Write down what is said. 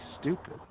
stupid